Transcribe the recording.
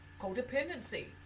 Codependency